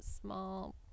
small